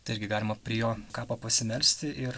tai irgi galima prie jo kapo pasimelsti ir